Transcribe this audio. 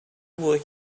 were